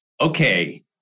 okay